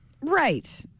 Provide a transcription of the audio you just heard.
Right